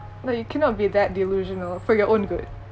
like you cannot be that delusional for your own good